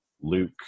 Luke